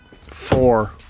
four